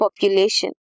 population